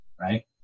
right